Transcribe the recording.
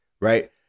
right